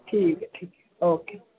ठीक ऐ ठीक ओके